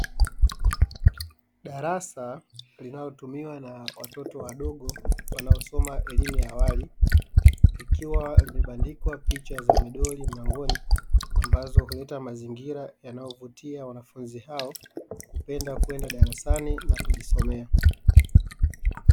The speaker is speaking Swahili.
Darasa linalotumiwa na watoto wadogo wanaosoma elimu ya awali, likiwa, limebandikwa picha za midoli mlangoni ambazo huleta mazingira yanayovutia wanafunzi hao kupenda kwenda darasani na kujisomea.